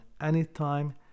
anytime